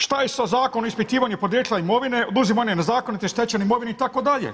Šta je sa zakonom o ispitivanju podrijetla imovine, oduzimanje nezakonito stečene imovine itd.